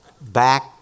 Back